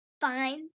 Fine